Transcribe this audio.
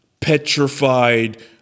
petrified